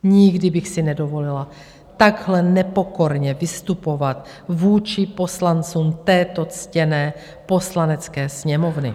Nikdy bych si nedovolila takhle nepokorně vystupovat vůči poslancům této ctěné Poslanecké sněmovny.